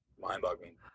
mind-boggling